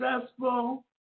successful